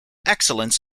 excellence